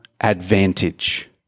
advantage